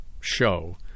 show